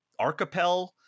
Archipel